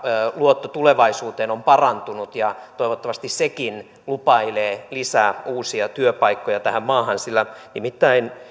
luotto tulevaisuuteen on parantunut ja toivottavasti sekin lupailee lisää uusia työpaikkoja tähän maahan sillä nimittäin